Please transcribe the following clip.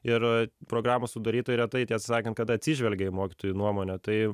ir programų sudarytojai retai tiesa sakant kad atsižvelgia į mokytojų nuomonę tai